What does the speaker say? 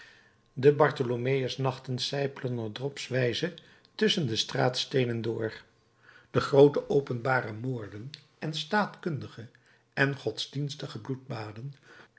de bartholomeus nachten sijpelen er dropswijze tusschen de straatsteenen door de groote openbare moorden en staatkundige en godsdienstige